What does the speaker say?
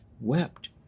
wept